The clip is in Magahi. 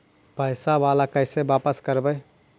पैसा बाला कैसे बापस करबय?